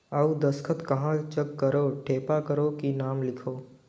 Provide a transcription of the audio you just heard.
अउ दस्खत कहा जग करो ठेपा करो कि नाम लिखो?